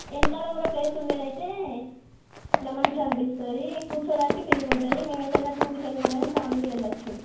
వెనకాల కూడా ప్లేస్ ఉండేది అయితే ఇలా మంచి అనిపిస్తుంది కూర్చోడానికి ఫ్రీగా ఉంటుంది మేము అయితే ఏదైనా టూర్కి వెళ్ళినా కానీ ఫ్యామిలీ వెళ్ళొచ్చు